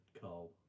Carl